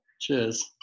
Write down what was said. Cheers